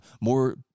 more